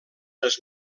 les